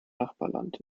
nachbarland